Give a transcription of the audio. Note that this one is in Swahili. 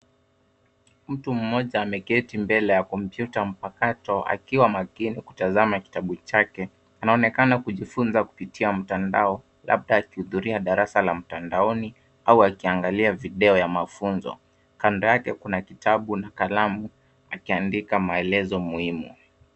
Mtu mmoja ameketi mbele ya kompyuta mpakato akiwa makini kutazama kitabu chake. Anaonekana kujifunza kupitia mtandao labda akihudhuria darasa la mtandaoni au akiangalia video ya mafunzo. Kando take kuna kitabu na kalamu, akiandika maelezo muhimu.